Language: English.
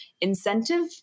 incentive